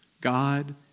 God